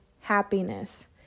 happiness